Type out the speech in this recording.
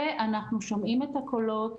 ואנחנו שומעים את הקולות,